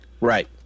Right